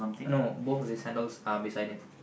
no both of his handles are beside him